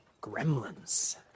gremlins